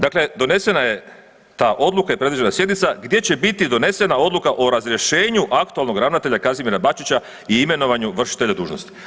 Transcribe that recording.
Dakle, donesena je ta odluka i predviđena je sjednica gdje će biti donesena odluka o razrješenju aktualnog ravnatelja Kazimira Bačića i imenovanju vršitelja dužnosti.